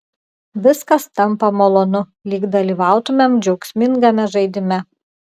viskas tampa malonu lyg dalyvautumėm džiaugsmingame žaidime